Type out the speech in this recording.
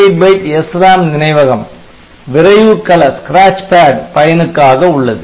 128 byte SRAM நினைவகம் விரைவு கள பயனுக்காக உள்ளது